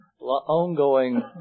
ongoing